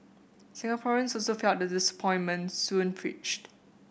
Singaporeans also felt the disappointment soon preached